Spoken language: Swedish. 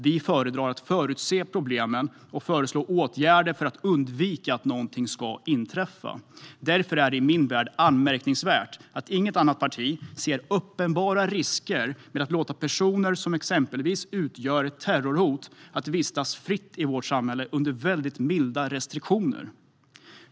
Vi föredrar att förutse problem och föreslå åtgärder för att undvika att någonting ska inträffa. Därför är det i min värld anmärkningsvärt att inget annat parti ser uppenbara risker med att låta personer som exempelvis utgör ett terrorhot vistas fritt i samhället under väldigt milda restriktioner.